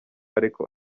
ariko